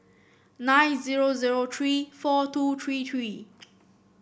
nine zero zero three four two three three